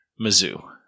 Mizzou